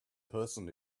person